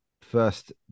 first